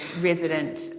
resident